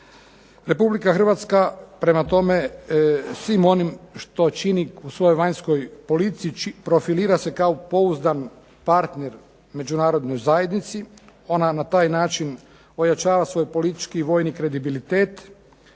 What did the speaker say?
Republika Hrvatska svim onim što čini u svojoj vanjskoj politici profilira se kao poudan partner međunarodnoj zajednici. Ona na taj način ojačava svoj politički i vojni kredibilitet,